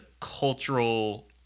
cultural